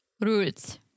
Roots